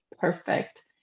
Perfect